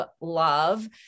love